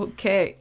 Okay